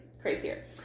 crazier